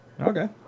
Okay